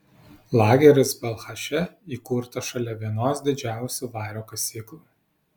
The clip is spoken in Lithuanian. lageris balchaše įkurtas šalia vienos didžiausių vario kasyklų